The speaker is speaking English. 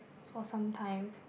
for sometime